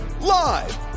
live